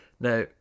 Now